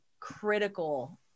Critical